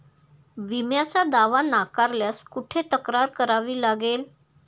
विम्याचा दावा नाकारल्यास कुठे तक्रार करावी लागेल?